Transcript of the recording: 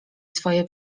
swoje